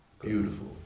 Beautiful